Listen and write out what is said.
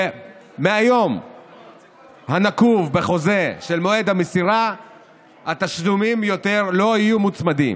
ומהיום הנקוב בחוזה של מועד המסירה התשלומים יותר לא יהיו מוצמדים.